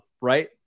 right